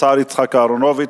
השר יצחק אהרונוביץ.